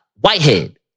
Whitehead